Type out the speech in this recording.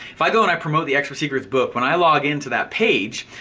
if i go and i promote the extra secrets book, when i log into that page,